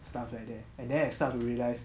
stuff like that and then I start to realize